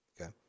okay